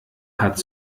hat